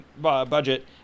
budget